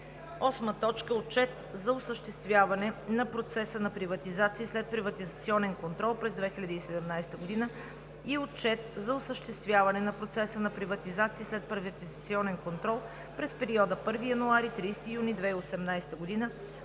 2019 г. 8. Отчет за осъществяване на процеса на приватизация и следприватизационен контрол през 2017 г. и отчет за осъществяване на процеса на приватизация и следприватизационен контрол през периода 1 януари – 30 юни 2018 г.